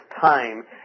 time